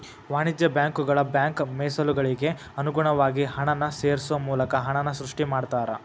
ವಾಣಿಜ್ಯ ಬ್ಯಾಂಕುಗಳ ಬ್ಯಾಂಕ್ ಮೇಸಲುಗಳಿಗೆ ಅನುಗುಣವಾದ ಹಣನ ಸೇರ್ಸೋ ಮೂಲಕ ಹಣನ ಸೃಷ್ಟಿ ಮಾಡ್ತಾರಾ